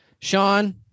Sean